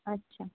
আচ্ছা